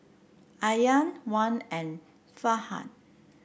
Aryan Wan and Farhan